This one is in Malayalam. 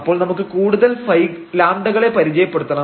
അപ്പോൾ നമുക്ക് കൂടുതൽ λ കളെ പരിചയപ്പെടുത്തണം